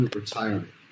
retirement